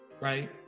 right